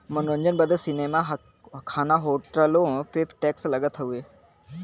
मनोरंजन बदे सीनेमा, खाना, होटलो पे टैक्स लगत हउए